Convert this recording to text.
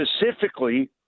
specifically